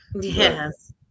yes